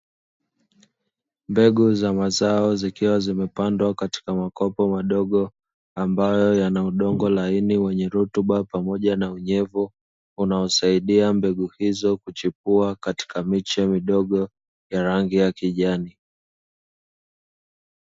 Mbegu za mazao zikiwa zimepandwa katika mkopo madogo, ambayo yana udongo laini wenye rutuba pamoja na unyevu unaosaidia mbegu hizo kuchipua katika miche midogo ya rangi ya kijani.